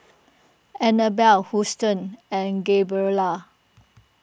Annabel Houston and Gabriella